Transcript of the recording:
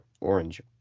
orange